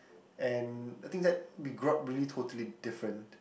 and I think that we grow up really totally different